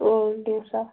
okay سا